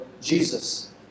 Jesus